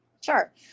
Sure